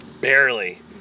Barely